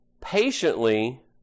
patiently